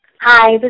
hi